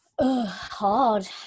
hard